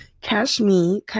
cash.me